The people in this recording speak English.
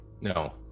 No